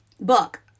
book